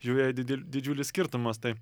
žioėja didel didžiulis skirtumas tai